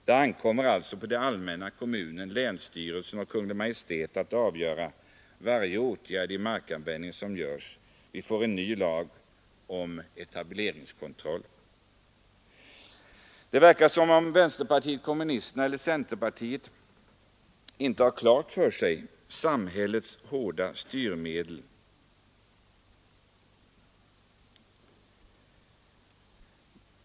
Det ankommer alltså på det allmänna — kommunen, länsstyrelsen och Kungl. Maj:t — att avgöra varje åtgärd som skall vidtagas när det gäller markanvändning. Vi får en ny lag om etableringskontroll. Det verkar som om varken vänsterpartiet kommunnisterna eller centerpartiet har klart för sig befintligheten av samhällets hårda styrmedel.